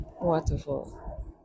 Waterfall